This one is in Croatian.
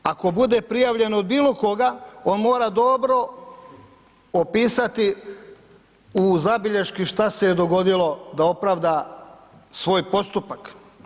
Ako bude prijavljen od bilo koga, on mora dobro opisati u zabilješki šta se je dogodilo da opravda svoj postupak.